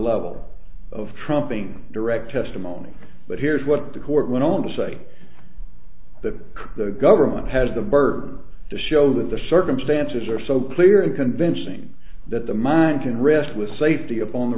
level of trumping direct testimony but here's what the court went on to say that the government has the burden to show that the circumstances are so clear and convincing that the mind can rest with safety upon the